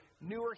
newer